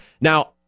Now